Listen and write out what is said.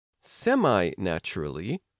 Semi-naturally